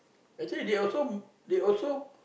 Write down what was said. actually they also they also